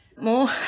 more